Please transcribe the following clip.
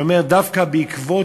אומר: דווקא בעקבות,